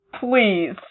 Please